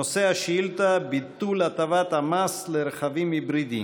נושא השאילתה: ביטול הטבת המס על הרכבים ההיברידיים.